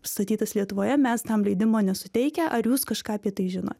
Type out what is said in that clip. statytas lietuvoje mes tam leidimo nesuteikę ar jūs kažką apie tai žino